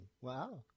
Wow